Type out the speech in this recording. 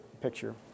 picture